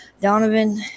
Donovan